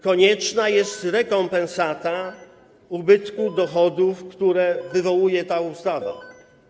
Konieczna jest rekompensata ubytku dochodów, które wywołuje ta ustawa.